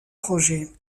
projet